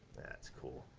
that's cool.